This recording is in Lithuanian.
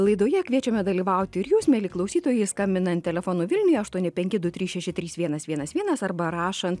laidoje kviečiame dalyvauti ir jūs mieli klausytojai skambinant telefonu vilniuje aštuoni penki du trys šeši trys vienas vienas vienas arba rašant